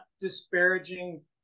disparaging